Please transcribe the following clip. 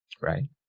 right